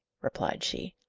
replied she.